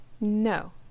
No